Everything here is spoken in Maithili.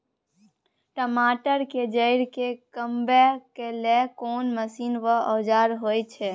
टमाटर के जईर के कमबै के लेल कोन मसीन व औजार होय छै?